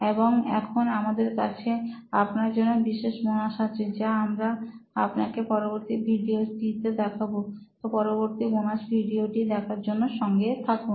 এবং এখন আমাদের কাছে আপনার জন্য বিশেষ বোনাস আছে যা আমরা আপনাকে পরবর্তী ভিডিওতে দেখাবো তো পরবর্তী বোনাস ভিডিওটি দেখার জন্য সঙ্গে থাকুন